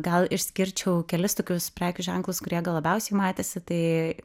gal išskirčiau kelis tokius prekių ženklus kurie labiausiai matėsi tai